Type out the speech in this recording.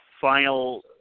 final